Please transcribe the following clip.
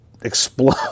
explode